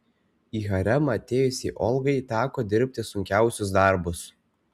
į haremą atėjusiai olgai teko dirbti sunkiausius darbus